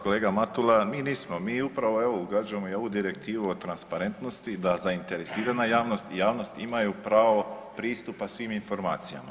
Kolega Matula, mi nismo, mi evo ugađamo i ovu Direktivu o transparentnosti da zainteresirana javnost i javnost imaju pravo pristupa svim informacijama.